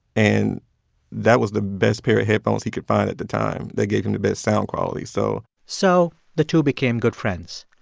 and that was the best pair of headphones he could find at the time. they gave him the best sound quality, so. so the two became good friends.